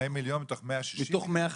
2,000,000 מתוך 160,000,000?